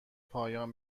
پایان